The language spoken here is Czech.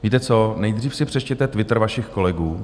Víte co, nejdřív si přečtěte Twitter vašich kolegů.